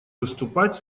выступать